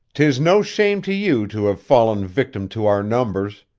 tis no shame to you to have fallen victim to our numbers.